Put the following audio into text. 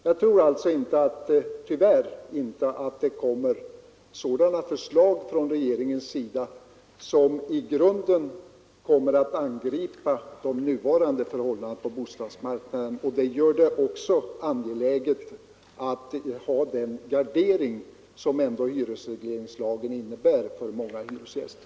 Jag tror alltså inte att det kommer sådana förslag från regeringens sida som i grunden angriper de nuvarande förhållandena på bostadsmarknaden. Det gör det angeläget att ha den gardering som ändå hyresregleringslagen innebär för många hyresgäster.